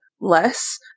less